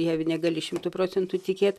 ja negali šimtu procentų tikėti